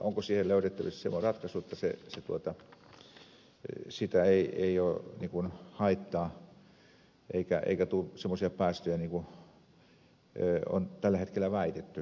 onko siihen löydettävissä semmoinen ratkaisu että siitä ei ole haittaa eikä tule semmoisia päästöjä niin kuin on tällä hetkellä väitetty